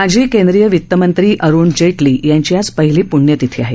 माजी केंद्रीय वित्तमंत्री अरुण जेटली यांची आज पहिली पृण्यतिथी आहे